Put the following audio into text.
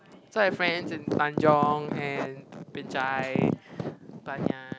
so I've friends in Tanjong and Binjai Banyan